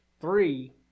three